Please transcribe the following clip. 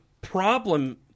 problem